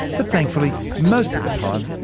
but thankfully, most of the time,